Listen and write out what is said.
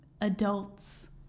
adults